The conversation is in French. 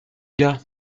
gars